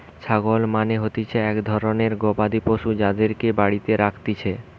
ছাগল মানে হতিছে এক ধরণের গবাদি পশু যাদেরকে বাড়িতে রাখতিছে